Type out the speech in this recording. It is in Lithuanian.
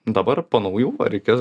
dabar po naujų va reikės